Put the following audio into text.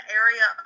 area